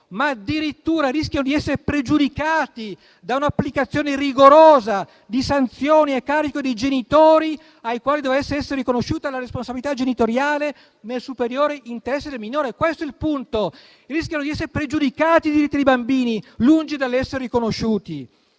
ma addirittura rischiano di essere pregiudicati da un'applicazione rigorosa di sanzioni a carico dei genitori, ai quali dovesse essere riconosciuta la responsabilità genitoriale nel superiore interesse del minore. È questo il punto. Rischiano di essere pregiudicati i diritti dei bambini, lungi dall'essere riconosciuti.